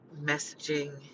messaging